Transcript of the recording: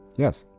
yes.